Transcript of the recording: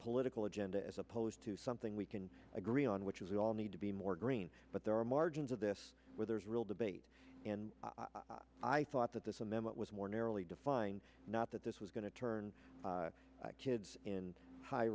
political agenda as opposed to something we can agree on which is we all need to be more green but there are margins of this where there's real debate and i thought that this and then what was more narrowly defined not that this was going to turn kids in high